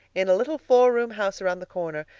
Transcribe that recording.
in a little four-room house around the corner.